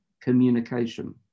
communication